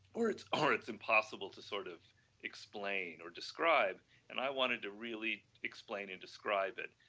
or it's ah or it's impossible to sort of explain or describe and i want it to really explain and describe it.